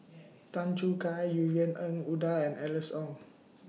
Tan Choo Kai Yvonne Ng Uhde and Alice Ong